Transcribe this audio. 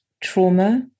trauma